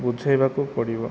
ବୁଝେଇବାକୁ ପଡ଼ିବ